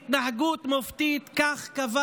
התנהגות מופתית, כך קבע